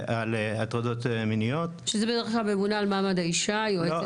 הטרדות מיניות -- שזה בדרך כלל ממונה על מעמד האישה -- לא,